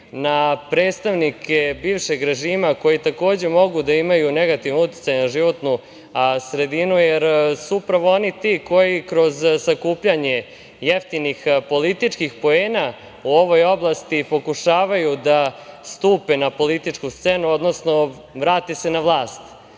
na predstavnike bivšeg režima, koji takođe mogu da imaju negativan uticaj na životnu sredinu, jer su upravo oni ti koji kroz sakupljanje jeftinih političkih poena u ovoj oblasti pokušavaju da stupe na političku scenu, odnosno vrate se na vlast.